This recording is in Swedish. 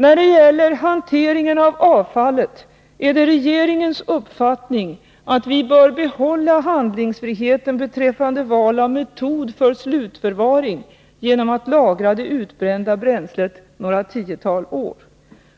När det gäller hanteringen av avfallet är det regeringens uppfattning att vi bör behålla handlingsfriheten beträffande val av metod för slutförvaring genom att lagra det utbrända bränslet några tiotal år.